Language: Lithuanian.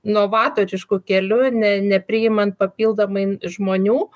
novatorišku keliu ne nepriimant papildomai žmonių